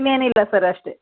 ಇನ್ನೇನಿಲ್ಲ ಸರ್ ಅಷ್ಟೇ